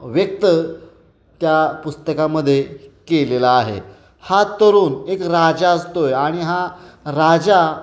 व्यक्त त्या पुस्तकामध्ये केलेला आहे हा तरुण एक राजा असतोय आणि हा राजा